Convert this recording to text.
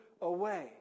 away